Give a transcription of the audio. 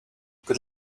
good